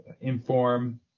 inform